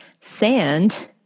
sand